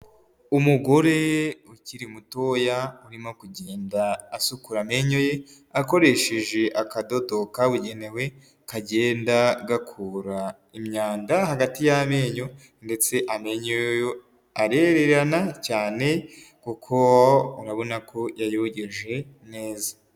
Umugore ukiri mutoya, urimo kugenda asukura amenyo ye, akoresheje akadodo kabugenewe, kagenda gakura imyanda hagati y'amenyo, ndetse amenyo ye arererana cyane, kuko urabona ko yayogeje neza.